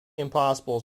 impossible